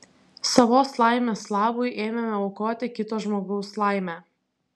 savos laimės labui ėmėme aukoti kito žmogaus laimę